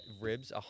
ribs